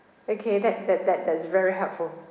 okay that that that that's very helpful